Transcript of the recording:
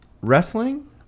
wrestling